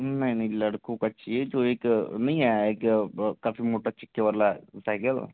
नहीं नहीं लड़कों का चाहिए जो एक नहीं आया एक काफी मोटा चक्के वाला साइकल